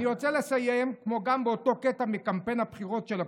אני רוצה לסיים באותו קטע מקמפיין הבחירות של לפיד,